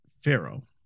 Pharaoh